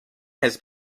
has